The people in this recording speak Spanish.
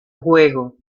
juego